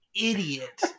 idiot